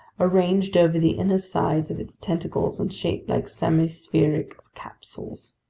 arranged over the inner sides of its tentacles and shaped like semispheric capsules.